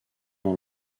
dans